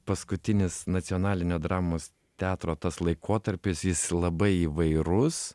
paskutinis nacionalinio dramos teatro tas laikotarpis jis labai įvairus